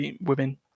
women